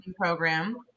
program